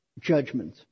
judgment